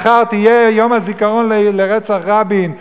מחר יהיה יום הזיכרון לרצח רבין.